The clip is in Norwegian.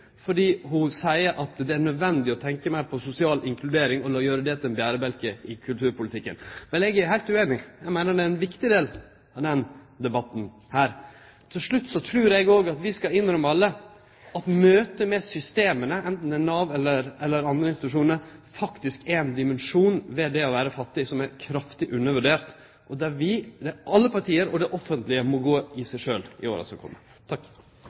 fordi ho seier at det er nødvendig å tenkje meir på sosial inkludering enn å gjere det til ein berebjelke i kulturpolitikken. Eg er heilt ueinig, for eg meiner det er ein viktig del av denne debatten. Til slutt: Eg trur òg at vi alle skal innrømme at møtet med systema, anten det er med Nav eller andre institusjonar, er ein dimensjon ved det å vere fattig som er kraftig undervurdert. Der må alle partia og det offentlege gå i seg sjølve i åra som